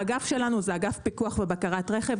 האגף שלנו זה אגף פיקוח ובקרת רכב.